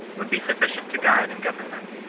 would be sufficient to guide and govern them.